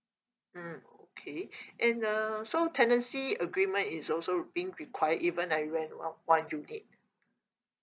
mm okay and the so tenancy agreement is also being require even I rent o~ one unit